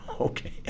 okay